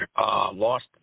lost